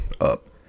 up